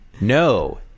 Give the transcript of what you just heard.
No